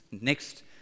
Next